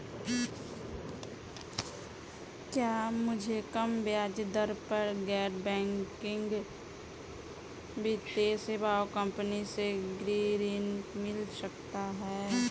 क्या मुझे कम ब्याज दर पर गैर बैंकिंग वित्तीय सेवा कंपनी से गृह ऋण मिल सकता है?